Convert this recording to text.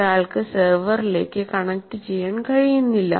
ഒരാൾക്ക് സെർവറിലേക്ക് കണക്റ്റുചെയ്യാൻ കഴിയുന്നില്ല